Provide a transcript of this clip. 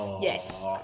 Yes